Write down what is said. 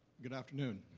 good afternoon.